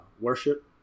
worship